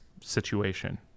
situation